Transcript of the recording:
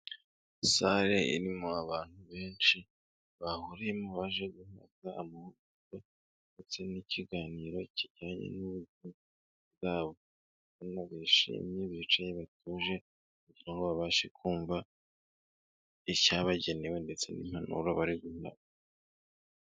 Sare irimo abantu benshi, bahuriyemo baje guhabwa amahugurwa ndetse n'ikiganiro kijyanye n'ubukwe bwabo, Ubona bishimye, bicaye batuje, kugira ngo babashe kumva icyabagenewe ndetse n'impanuro bari guhabwa.